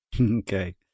Okay